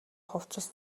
хувцас